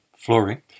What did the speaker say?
flooring